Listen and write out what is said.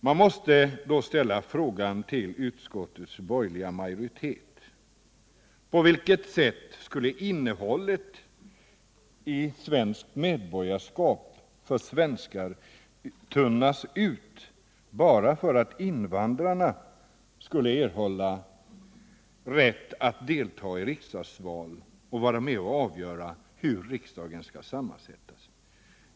Man måste därför ställa frågan till utskottets borgerliga majoritet: På vilket sätt skulle innehållet i svenskt medborgarskap för svenskar tunnas ut bara för att invandrare skulle erhålla rätt att delta i riksdagsval och vara med och avgöra hur riksdagen skall sammansättas?